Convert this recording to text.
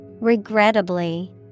Regrettably